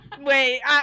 Wait